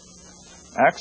Acts